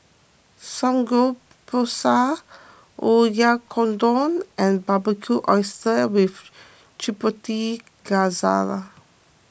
Samgeyopsal Oyakodon and Barbecued Oysters with Chipotle Glaze